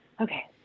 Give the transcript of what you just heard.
okay